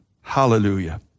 Hallelujah